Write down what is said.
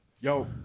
Yo